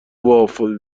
وافل